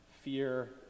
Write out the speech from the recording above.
Fear